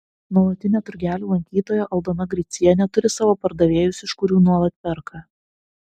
nuolatinė turgelių lankytoja aldona gricienė turi savo pardavėjus iš kurių nuolat perka